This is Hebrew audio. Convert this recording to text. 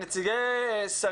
נציגי המשרד להשכלה גבוהה,